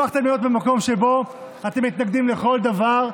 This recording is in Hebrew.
הפכתם להיות במקום שבו אתם מתנגדים לכל דבר.